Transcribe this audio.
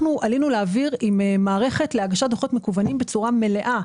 עלינו לאוויר עם מערכת להגשת דוחות מקוונים בצורה מלאה.